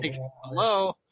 Hello